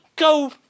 Go